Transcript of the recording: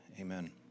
Amen